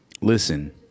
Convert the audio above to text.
Listen